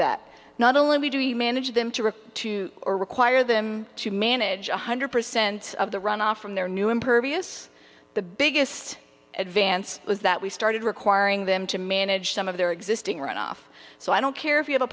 that not only do you manage them to refer to or require them to manage one hundred percent of the runoff from their new impervious the biggest advance was that we started requiring them to manage some of their existing runoff so i don't care if you have a